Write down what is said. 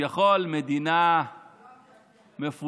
כביכול במדינה מפותחת